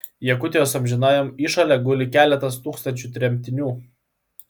jakutijos amžinajam įšale guli keletas tūkstančių tremtinių